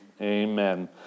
amen